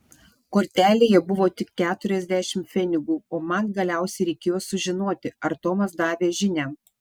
kortelėje buvo tik keturiasdešimt pfenigų o man galiausiai reikėjo sužinoti ar tomas davė žinią